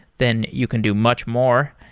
then you can do much more.